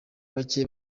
bake